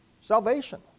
Salvation